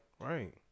Right